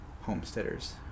homesteaders